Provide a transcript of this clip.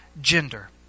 gender